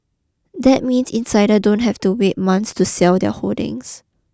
that means insider don't have to wait months to sell their holdings